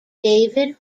david